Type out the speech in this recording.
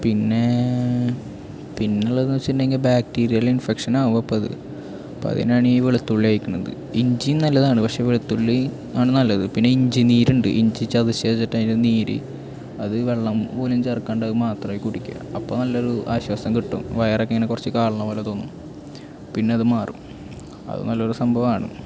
പിന്നേ പിന്നെയുള്ളതെന്നു വെച്ചിട്ടുണ്ടെങ്കിൽ ബാക്ടീരിയല് ഇന്ഫെക്ഷനാകും അപ്പോൾ അത് അതിനാണീ വെളുത്തുള്ളി കഴിക്കണത് ഇഞ്ചീ നല്ലതാണ് പഷെ വെളുത്തുള്ളി ആണ് നല്ലത് പിന്നെ ഇഞ്ചിനീരുണ്ട് ഇഞ്ചി ചതച്ചെടുത്തിട്ടതിൻ്റെ നീര് അതു വെള്ളം പോലും ചേര്ക്കാണ്ട് അതു മാത്രമായി കുടിയ്ക്കുക അപ്പം നല്ലൊരു ആശ്വാസം കിട്ടും വയറൊക്കെ ഇങ്ങനെ കുറച്ച് കാളണ പോലെതോന്നും പിന്നതു മാറും അത് നല്ലൊരു സംഭവമാണ്